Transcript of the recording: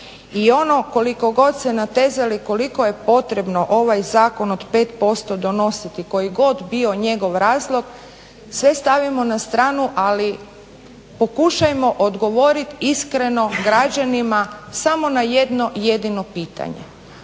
I ono koliko god se natezali koliko je potrebno ovaj Zakon od 5% donositi koji god bio njegov razlog sve stavimo na stranu, ali pokušajmo odgovorit iskreno građanima samo na jedno jedino pitanje.